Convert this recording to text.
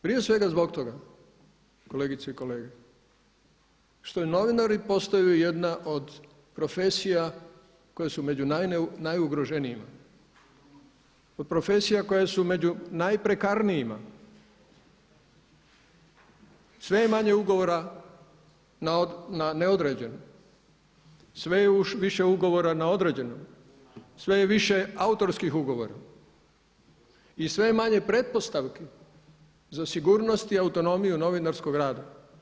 Prije svega zbog toga, kolegice i kolege, što i novinari postaju jedna od profesija koje su među najugroženijima, od profesija koje su među … [[Ne razumije se.]] Sve je manje ugovora na neodređeno, sve je više ugovora na određeno, sve je više autorskih ugovora i sve je manje pretpostavki za sigurnost i autonomiju novinarskog rada.